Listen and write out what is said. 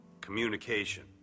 communication